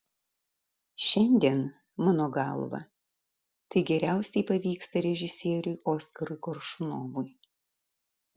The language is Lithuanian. šiandien mano galva tai geriausiai pavyksta režisieriui oskarui koršunovui